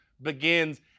begins